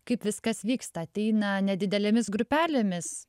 kaip viskas vyksta ateina nedidelėmis grupelėmis